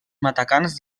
matacans